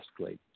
escalate